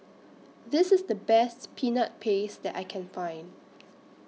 This IS The Best Peanut Paste that I Can Find